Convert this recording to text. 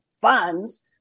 funds